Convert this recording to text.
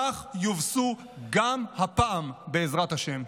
כך יובסו גם הפעם, בעזרת השם.